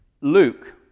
Luke